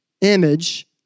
image